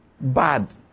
bad